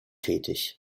tätig